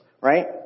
right